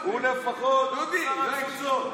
הוא לפחות שר התפוצות.